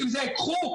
קחו.